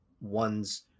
one's